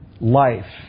Life